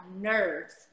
nerves